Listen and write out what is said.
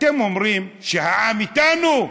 אתם אומרים שהעם איתנו,